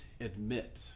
admit